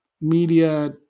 media